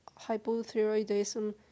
hypothyroidism